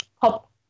pop